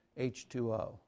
H2O